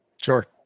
Sure